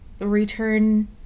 return